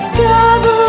gather